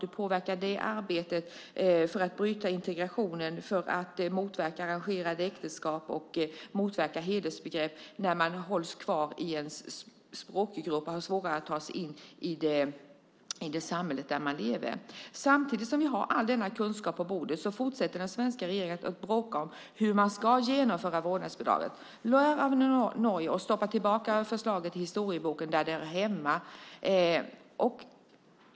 Hur påverkar det arbetet för att bryta segregationen, motverka arrangerade äktenskap och motverka hedersbegrepp när man hålls kvar i en språkgrupp och har svårare att ta sig in i det samhälle där man lever? Samtidigt som vi har tillgång till all denna kunskap fortsätter den svenska regeringen att bråka om hur man ska genomföra vårdnadsbidraget. Lär av Norge och stoppa tillbaka förslaget i historieboken, där det hör hemma!